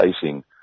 facing